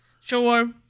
Sure